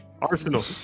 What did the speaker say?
Arsenal